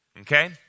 okay